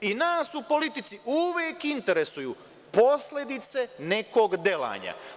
I nas u politici uvek interesuju posledice nekog delovanja.